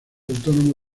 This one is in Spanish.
autónomo